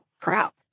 crap